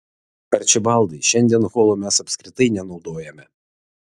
arčibaldai šiandien holo mes apskritai nenaudojame